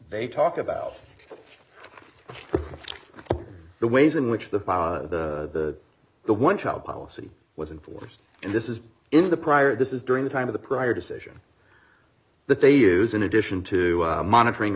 they talk about the ways in which the power of the the one child policy was enforced and this is in the prior this is during the time of the prior decision that they use in addition to monitoring